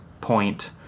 point